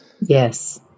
Yes